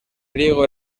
griego